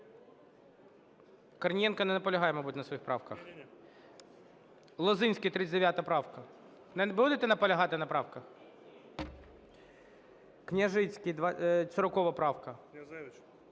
Корнієнко не наполягає мабуть на своїх правках? Лозинський, 39 правка. Не будете наполягати на правках? Княжицький, 40 правка.